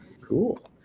Cool